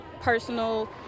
personal